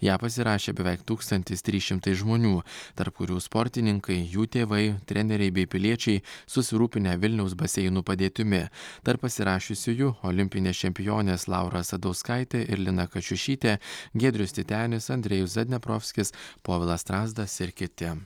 ją pasirašė beveik tūkstantis trys šimtai žmonių tarp kurių sportininkai jų tėvai treneriai bei piliečiai susirūpinę vilniaus baseinų padėtimi tarp pasirašiusiųjų olimpinės čempionės laura asadauskaitė ir lina kačiušytė giedrius titenis andrėjus zadneprovskis povilas strazdas ir kiti